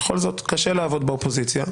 בכל זאת קשה לעבוד באופוזיציה.